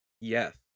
Yes